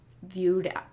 viewed